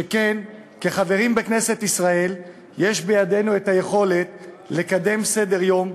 שכן כחברים בכנסת ישראל יש בידינו יכולת לקדם סדר-יום,